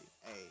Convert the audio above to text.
hey